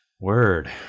Word